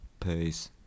Peace